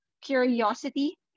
curiosity